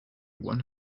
one